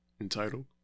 Entitled